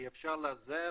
כי אפשר להיעזר